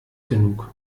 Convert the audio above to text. genug